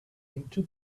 into